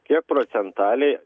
kiek procentaliai